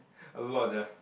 a lot sia